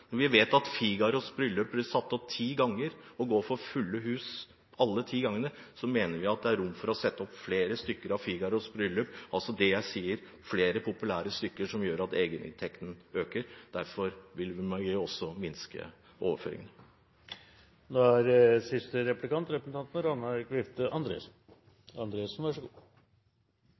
vi vet at Figaros bryllup ble satt opp ti ganger og gikk for fulle hus alle ti gangene, mener vi det er rom for å sette opp flere forestillinger av Figaros bryllup. Det jeg sier, er at flere populære stykker vil gjøre at egeninntektene øker. Derfor vil vi minske overføringene. Jeg skulle gjerne ha fulgt opp sporet som representanten